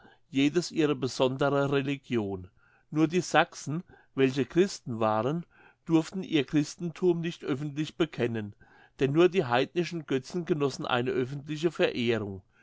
jedes ihre besondere religion nur die sachsen welche christen waren durften ihr christentum nicht öffentlich bekennen denn nur die heidnischen götzen genossen eine öffentliche verehrung